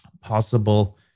possible